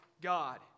God